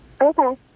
Okay